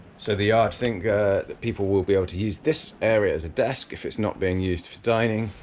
so the yard think that people will be able to use this area as a desk if it's not being used for dining,